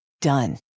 Done